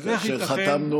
אז איך ייתכן,